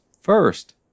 first